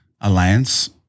Alliance